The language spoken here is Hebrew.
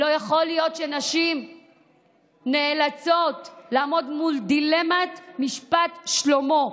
לא יכול להיות שנשים נאלצות לעמוד מול דילמת משפט שלמה.